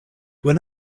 when